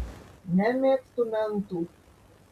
nemėgstu mentų